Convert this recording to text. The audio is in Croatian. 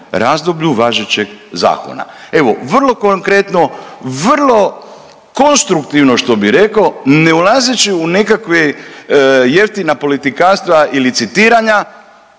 razdoblju važećeg zakona. Evo vrlo konkretno, vrlo konstruktivno što bih rekao ne ulazeći u nekakva jeftina politikanstva i licitiranja,